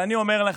ואני אומר לך,